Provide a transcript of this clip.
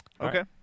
Okay